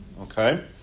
Okay